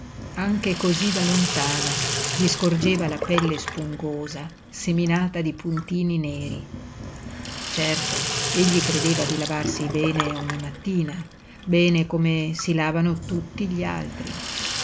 anche cosí da lontano gli scorgeva la pelle spungosa seminata di puntini neri certo egli credeva di lavarsi bene ogni mattina bene come si lavavano tutti gli altri